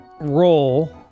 role